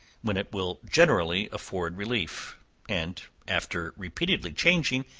when it will generally afford relief and after repeatedly changing,